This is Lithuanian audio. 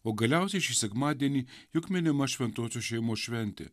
o galiausiai šį sekmadienį juk minima šventosios šeimos šventė